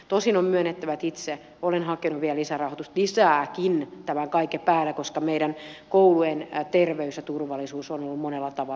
tosin on myönnettävä että itse olen hakenut vielä lisääkin tämän kaiken päälle koska meidän koulujen terveys ja turvallisuus on monella tavalla uhattuna